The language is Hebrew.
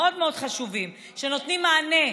שנותנים מענה,